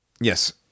yes